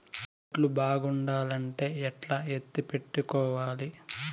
వడ్లు బాగుండాలంటే ఎట్లా ఎత్తిపెట్టుకోవాలి?